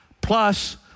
plus